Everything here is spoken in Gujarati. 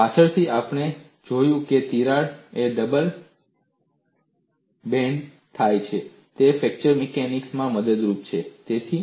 પાછળથી આપણે જોશું કે તિરાડ ટિપ બ્લન્ટ થાય છે તે ફ્રેક્ચર મિકેનિક્સમાં મદદરૂપ છે